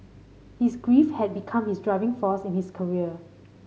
his grief had become his driving force in his career